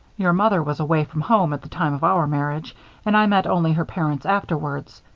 your mother was away from home at the time of our marriage and i met only her parents afterwards.